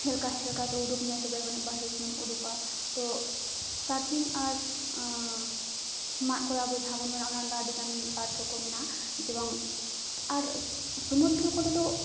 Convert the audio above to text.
ᱦᱮᱞᱠᱟᱣ ᱦᱮᱞᱠᱟᱣ ᱛᱮ ᱩᱰᱩᱠ ᱢᱮ ᱛᱚᱵᱮ ᱜᱟᱱᱤᱜ ᱵᱟᱨᱦᱮ ᱥᱮᱫᱮᱢ ᱩᱰᱩᱠᱟ ᱛᱚ ᱥᱟᱨᱯᱷᱤᱝ ᱟᱨ ᱢᱟᱫ ᱠᱚᱨᱟᱣ ᱟᱵᱚ ᱡᱟᱦᱟ ᱵᱚᱱ ᱢᱮᱱᱟ ᱚᱱᱟ ᱚᱱᱟ ᱫᱚ ᱟᱹᱰᱤ ᱜᱟᱱ ᱯᱟᱨᱴᱷᱚᱠᱚ ᱢᱮᱱᱟᱜᱼᱟ ᱡᱮᱵᱚᱝ ᱟᱨ ᱥᱩᱢᱩᱫᱨᱚ ᱠᱚᱨᱮ ᱫᱚ